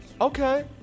Okay